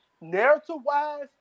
narrative-wise